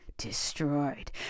destroyed